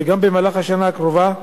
וגם במהלך השנה הקרובה נמשיך,